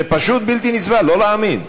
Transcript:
זה פשוט בלתי נסבל, לא להאמין.